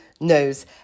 knows